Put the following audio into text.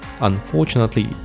Unfortunately